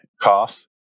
cough